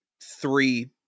three